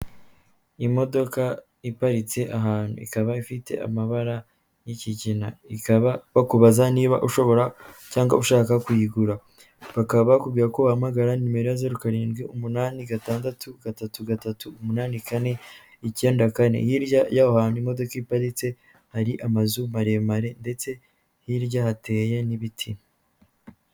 Imodoka iparitse ahantu ikaba ifite amabara y'ikigina, ikaba bakubaza niba ushobora cyangwa ushaka kuyigura, bakaba bakubwira ko wahamagara nimero ya zeru karindwi umunani, gatandatu, gatatu gatatu, umunani kane, icyenda kane hirya yaho hantu imodoka iparitse hari amazu maremare ndetse hirya hateye n'ibiti.